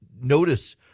Notice